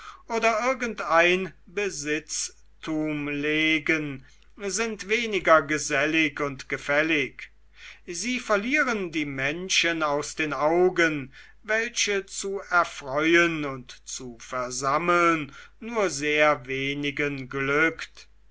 oder irgendein besitztum legen sind weniger gesellig und gefällig sie verlieren die menschen aus den augen welche zu erfreuen und zu versammeln nur sehr wenigen glückt